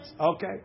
Okay